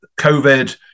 COVID